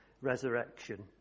resurrection